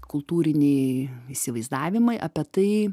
kultūriniai įsivaizdavimai apie tai